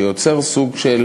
שיוצר סוג של